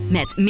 Met